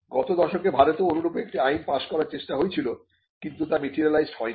গত দশকে ভারতেও অনুরূপ একটি আইন পাশ করার চেষ্টা হয়েছিল কিন্তু তা ম্যাটেরিয়ালাইজড হয়নি